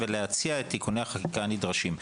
ולהציע את תיקוני החקיקה הנדרשים.